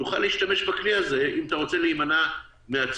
תוכל להשתמש בכלי הזה אם אתה רוצה להימנע מהצורך